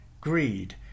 greed